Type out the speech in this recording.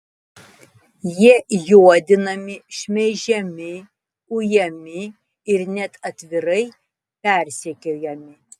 jie juodinami šmeižiami ujami ir net atvirai persekiojami